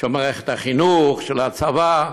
של מערכת החינוך, של הצבא.